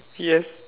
yes